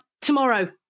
tomorrow